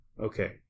Okay